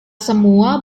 semua